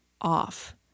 off